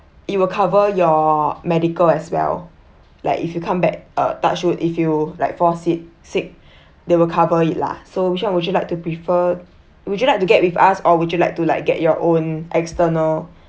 it will cover your medical as well like if you come back uh touch wood if you like fall sick they will cover it lah so which one would you like to prefer would you like to get with us or would you like to like get your own external